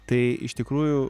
tai iš tikrųjų